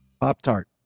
Pop-Tart